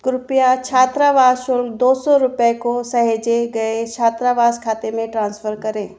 कृपया छात्रावास शुल्क दो सौ रुपये को सहेजे गए छात्रावास खाते में ट्रांसफ़र करें